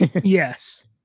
Yes